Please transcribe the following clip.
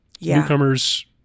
newcomers